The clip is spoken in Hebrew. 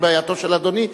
בעייתו של אדוני,